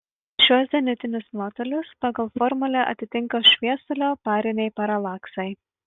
šiuos zenitinius nuotolius pagal formulę atitinka šviesulio pariniai paralaksai